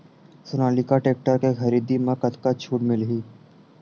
Sonalika tractor के खरीदी मा कतका छूट मीलही?